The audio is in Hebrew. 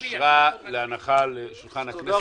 הצעת חוק-יסוד: הכנסת (תיקון התפזרות בשל אי-קבלת חוק תקציב)